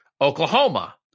Oklahoma